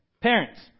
Parents